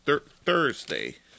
Thursday